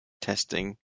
testing